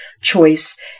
choice